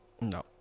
no